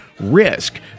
risk